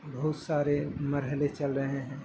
بہت سارے مرحلے چل رہے ہیں